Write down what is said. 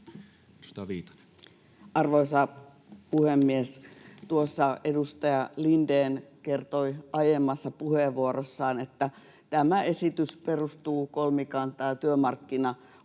Arvoisa puhemies! Edustaja Lindén kertoi aiemmassa puheenvuorossaan, että tämä esitys perustuu kolmikantaan